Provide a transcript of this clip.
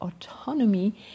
autonomy